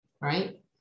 right